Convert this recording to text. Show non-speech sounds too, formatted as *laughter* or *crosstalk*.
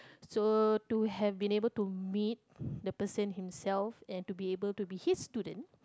so to have been able to meet *breath* the person himself and to able to be his student